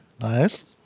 Nice